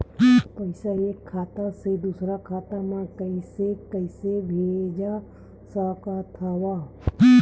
पईसा एक खाता से दुसर खाता मा कइसे कैसे भेज सकथव?